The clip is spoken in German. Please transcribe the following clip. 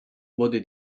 wurde